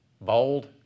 Bold